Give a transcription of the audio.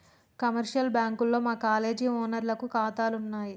commercial బ్యాంకుల్లో మా college ఓనర్లకి కాతాలున్నయి